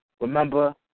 Remember